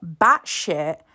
batshit